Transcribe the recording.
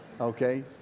okay